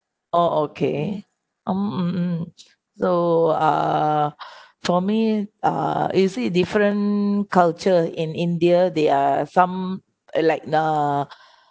orh okay um mm so uh for me uh you see different culture in india they are some like the